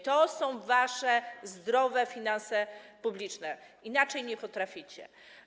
To są wasze zdrowe finanse publiczne, inaczej nie potraficie.